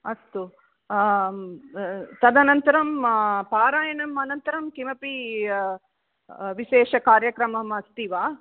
अस्तु त तदनन्तरं पारायणम् अनन्तरं किमपि विशेषकार्यक्रमः अस्ति वा